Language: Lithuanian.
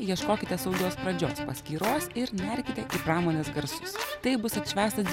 ieškokite saugios pradžios paskyros ir nerkite pramonės garsus taip bus atšvęstas